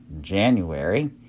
January